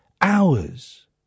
hours